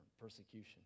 persecution